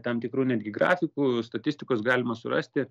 tam tikrų netgi grafikų statistikos galima surasti